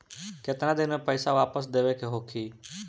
केतना दिन में पैसा वापस देवे के होखी?